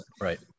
Right